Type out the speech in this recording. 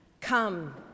come